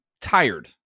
tired